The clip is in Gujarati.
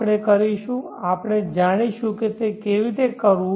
આપણે કરીશું આપણે જાણીશું કે તે કેવી રીતે કરવું